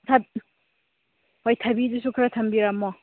ꯍꯣꯏ ꯊꯕꯤꯗꯨꯁꯨ ꯈꯔ ꯊꯝꯕꯤꯔꯝꯃꯣ